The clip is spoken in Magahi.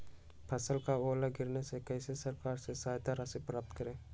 फसल का ओला गिरने से कैसे सरकार से सहायता राशि प्राप्त करें?